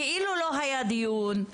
כאילו לא היה דיון,